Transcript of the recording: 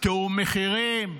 תיאום מחירים,